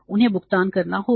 उन्हें भुगतान करना होगा